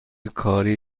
کاری